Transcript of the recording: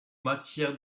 matière